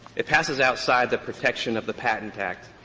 it passes outside the protection of the patent act.